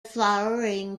flowering